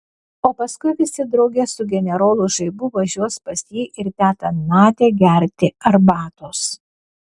o paskui visi drauge su generolu žaibu važiuos pas jį ir tetą nadią gerti arbatos